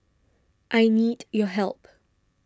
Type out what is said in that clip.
I need your help